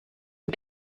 dem